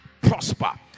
prosper